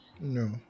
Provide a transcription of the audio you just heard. No